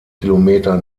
kilometer